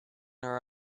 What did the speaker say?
are